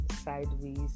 sideways